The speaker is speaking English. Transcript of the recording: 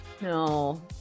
no